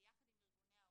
ביחד עם ארגוני ההורים,